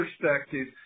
perspective